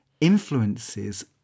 influences